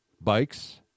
bikes